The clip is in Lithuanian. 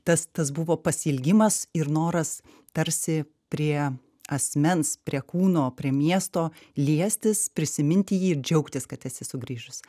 tas tas buvo pasiilgimas ir noras tarsi prie asmens prie kūno prie miesto liestis prisiminti jį ir džiaugtis kad esi sugrįžus